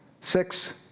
Six